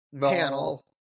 panel